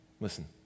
listen